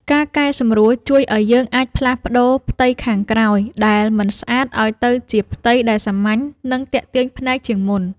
ការកែសម្រួលជួយឱ្យយើងអាចផ្លាស់ប្តូរផ្ទៃខាងក្រោយដែលមិនស្អាតឱ្យទៅជាផ្ទៃដែលសាមញ្ញ និងទាក់ទាញភ្នែកជាងមុន។